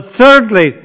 thirdly